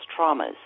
traumas